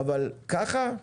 אבל ככה?